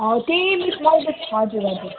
हौ त्यही मिस मैले हजुर हजुर